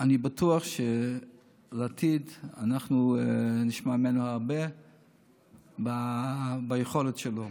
אני בטוח שבעתיד אנחנו נשמע הרבה על היכולת שלו.